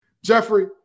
Jeffrey